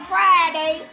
Friday